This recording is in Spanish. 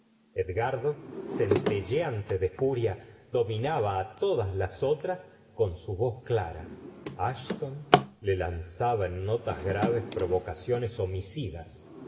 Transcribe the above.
edgardo centelleante de furia dominaba á todas las otras con su voz clara asthon le hl nzaba en notas graves provocaciones homicidas